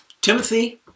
Timothy